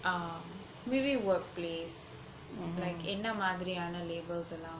err maybe workplace like என்ன மாதிரியான:enna madhiriyana labels and all